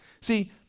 See